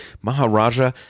Maharaja